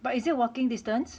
but is it walking distance